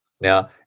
Now